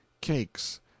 cakes